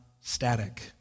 static